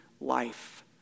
life